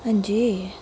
हां जी